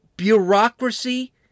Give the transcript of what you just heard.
Bureaucracy